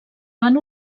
van